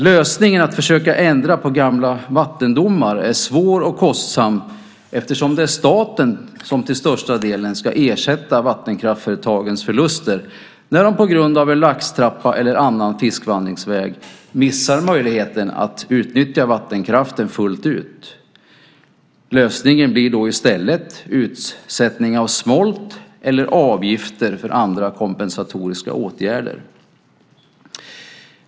Lösningen att försöka ändra på gamla vattendomar är svår och kostsam eftersom det är staten som till största delen ska ersätta vattenkraftföretagens förluster när de på grund av en laxtrappa eller annan fiskvandringsväg missar möjligheten att utnyttja vattenkraften fullt ut. Lösningen blir då utsättning av smolt eller avgifter för andra kompensatoriska åtgärder.